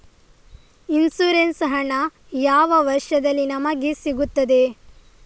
Insurance ಹಣ ಯಾವ ವರ್ಷದಲ್ಲಿ ನಮಗೆ ಸಿಗುತ್ತದೆ?